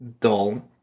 dull